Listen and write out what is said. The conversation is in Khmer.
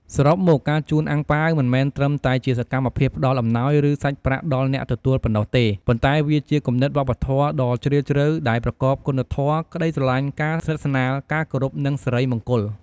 សរុបមក ការជូនអាំងប៉ាវមិនមែនត្រឹមតែជាសកម្មភាពផ្តល់អំណោយ ឬសាច់ប្រាក់ដល់អ្នកទទួលប៉ុណ្ណោះទេ ប៉ុន្តែវាជាគំនិតវប្បធម៌ដ៏ជ្រាលជ្រៅ ដែលប្រកបគុណធម៌ ក្តីស្រឡាញ់ ការស្និទ្ធស្នាល ការគោរព និងសិរីមង្គល។